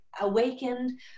awakened